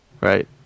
right